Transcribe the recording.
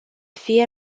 fie